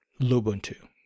Lubuntu